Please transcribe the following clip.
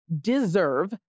deserve